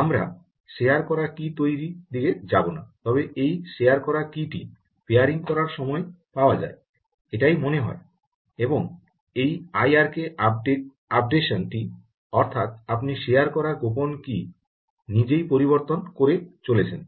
আমরা শেয়ার করা কী তৈরির দিকে যাব না তবে এই শেয়ার করা কী টি পেয়ারিং করার সময় পাওয়া যায় এটাই মনে হয় এবং এই আইআরকে আপডেটেশন টি অর্থাৎ আপনি শেয়ার করা গোপন কী নিজেই পরিবর্তন করে চলেছেন